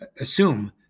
assume